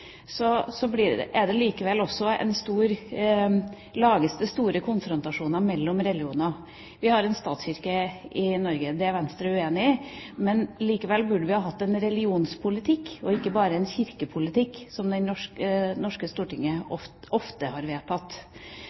det likevel store konfrontasjoner mellom religioner. Vi har en statskirke i Norge – det er Venstre uenig i – men likevel burde vi hatt en religionspolitikk, og ikke bare en kirkepolitikk som det norske storting ofte har vedtatt.